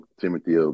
Timothy